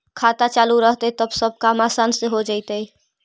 खाता चालु रहतैय तब सब काम आसान से हो जैतैय?